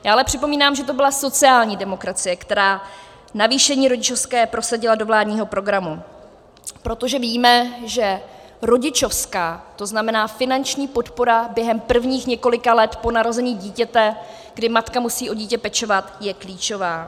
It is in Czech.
Já ale připomínám, že to byla sociální demokracie, která navýšení rodičovské prosadila do vládního programu, protože víme, že rodičovská, to znamená, finanční podpora během prvních několika let po narození dítěte, kdy matka musí o dítě pečovat, je klíčová.